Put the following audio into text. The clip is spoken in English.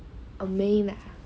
main ah